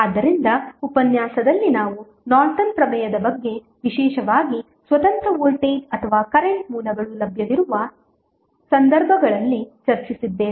ಆದ್ದರಿಂದ ಉಪನ್ಯಾಸದಲ್ಲಿ ನಾವು ನಾರ್ಟನ್ ಪ್ರಮೇಯದ ಬಗ್ಗೆ ವಿಶೇಷವಾಗಿ ಸ್ವತಂತ್ರ ವೋಲ್ಟೇಜ್ ಅಥವಾ ಕರೆಂಟ್ ಮೂಲಗಳು ಲಭ್ಯವಿರುವ ಸಂದರ್ಭಗಳಲ್ಲಿಚರ್ಚಿಸಿದ್ದೇವೆ